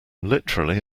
literally